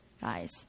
Guys